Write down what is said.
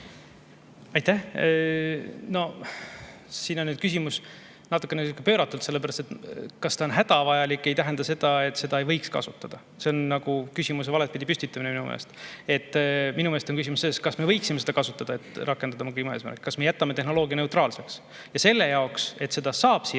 Aitäh! Siin on küsimus natukene pööratud, sellepärast et kas ta on hädavajalik, ei tähenda seda, et seda ei võiks kasutada. See on nagu küsimuse valet pidi püstitamine. Minu meelest on küsimus selles, kas me võiksime seda kasutada, et rakendada oma kliimaeesmärke, kas me jätame tehnoloogia neutraalseks. Selle kohta, et seda saab siia